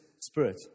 Spirit